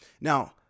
now